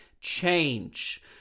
change